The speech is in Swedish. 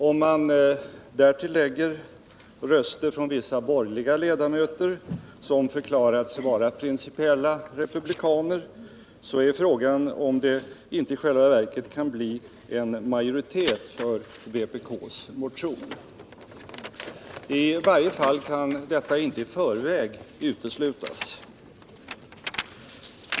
Om man därtill lägger röster från vissa borgerliga ledamöter, som förklarat sig vara principiella republikaner, är det frågan om det inte i själva verket kan bli majoritet för vpk:s motion. I varje fall kan inte detta i förväg uteslutas.